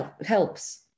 helps